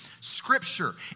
Scripture